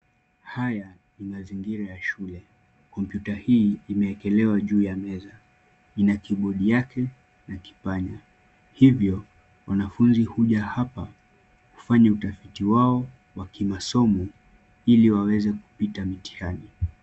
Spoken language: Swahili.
Haya ni mazingira ya shule. Komputa hii imewekelewa juu ya meza. Ina kibodi yake na kipanya. Hivyo mwanafunzi huja hapa kufanya utafiti wao wa kimasomo ili waweze kupita mitihani.